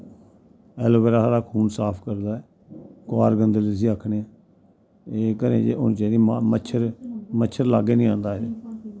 ऐलोबेरा साढ़ा खून साफ करदा ऐ कोआरगंदल जिसी आक्खने एह् घरें च होनी चाहिदी मच्छर लाग्गे नी आंदा एह्दै